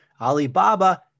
Alibaba